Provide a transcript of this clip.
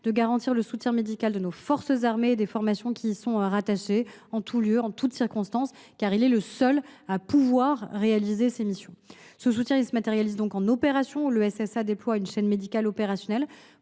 de garantir le soutien médical à nos forces armées et aux formations rattachées en tous lieux et en toutes circonstances ; il est le seul à pouvoir réaliser cette mission. Ce soutien se matérialise en opérations, où le SSA déploie une chaîne médicale opérationnelle